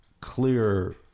clear